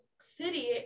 city